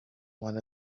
one